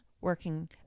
working